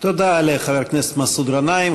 תודה לחבר הכנסת מסעוד גנאים.